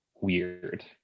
weird